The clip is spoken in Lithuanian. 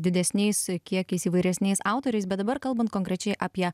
didesniais kiekiais įvairesniais autoriais bet dabar kalbant konkrečiai apie